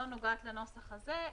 שלא נוגעת לנוסח הזה,